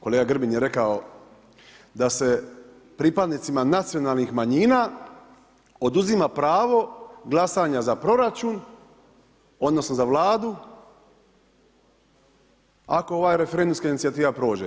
Kolega Grbin je rekao da se pripadnicima nacionalnih manjina oduzima pravo glasanja za proračun odnosno za Vladu ako ova referendumska inicijativa prođe.